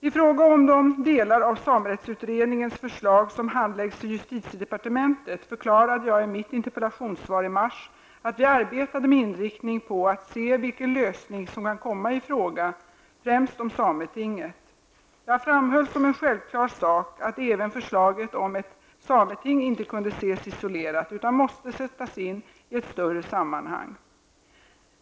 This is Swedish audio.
I fråga om de delar av samerättsutredningens förslag som handläggs i justitiedepartementet förklarade jag i mitt interpellationssvar i mars att vi arbetade med inriktning på att se vilken lösning som kan komma i fråga främst om sametinget. Jag framhöll som en självklar sak att även förslaget om ett sameting inte kunde ses isolerat utan måste sättas in i ett större sammanhang.